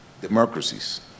democracies